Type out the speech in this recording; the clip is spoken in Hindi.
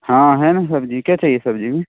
हाँ है ना सब्जी क्या चाहिए सब्जी में